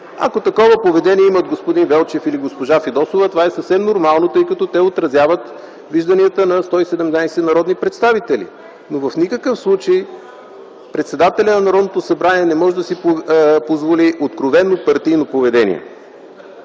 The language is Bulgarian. Ако такова поведение имат господин Велчев или госпожа Фидосова, това е съвсем нормално, тъй като те отразяват вижданията на 117 народни представители. Но в никакъв случай председателят на Народното събрание не може да си позволи откровено партийно поведение.